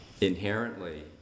inherently